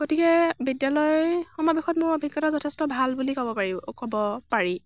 গতিকে বিদ্য়ালয় সমাৱেশত মোৰ অভিজ্ঞতা যথেষ্ট ভাল বুলি ক'ব পাৰিব ক'ব পাৰি